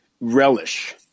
relish